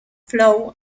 flow